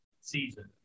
Season